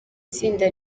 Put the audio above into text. tsinda